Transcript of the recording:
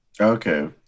Okay